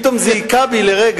פתאום זה הכה בי לרגע.